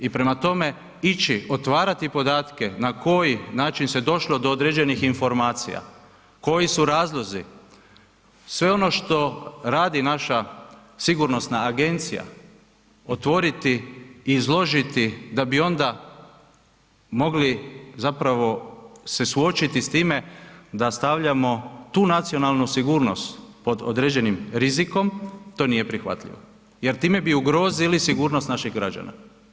I prema tome ići otvarati podatke na koji način se došlo do određenih informacija, koji su razlozi, sve ono što radi naša Sigurnosna agencija, otvoriti, izložiti da bi onda mogli zapravo se suočiti s time da stavljamo tu nacionalnu sigurnost pod određenim rizikom, to nije prihvatljivo jer time bi ugrozili sigurnost naših građana.